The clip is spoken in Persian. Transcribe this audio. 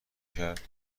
کرد